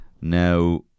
Now